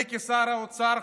אני כשר האוצר,